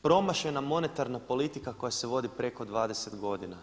Promašena monetarna politika koja se vodi preko 20 godine.